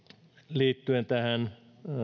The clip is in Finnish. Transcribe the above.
liittyen tähän